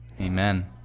Amen